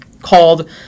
called